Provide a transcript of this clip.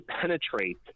penetrate